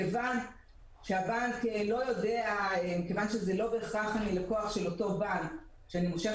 מכיוון שלא בהכרח אני לקוח של אותו בנק שממנו הוא מושך